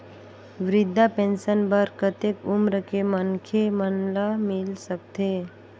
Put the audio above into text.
वृद्धा पेंशन बर कतेक उम्र के मनखे मन ल मिल सकथे?